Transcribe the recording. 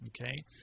okay